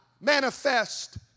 manifest